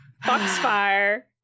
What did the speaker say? Foxfire